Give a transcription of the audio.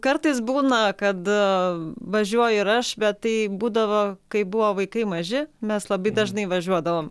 kartais būna kad važiuoju ir aš bet tai būdavo kai buvo vaikai maži mes labai dažnai važiuodavom